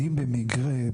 שאם במקרה,